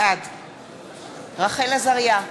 בעד רחל עזריה,